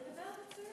אתה מדבר מצוין.